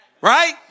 right